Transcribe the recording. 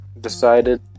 decided